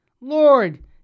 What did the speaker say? Lord